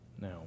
Now